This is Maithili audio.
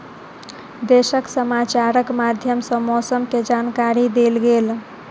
देशक समाचारक माध्यम सॅ मौसम के जानकारी देल गेल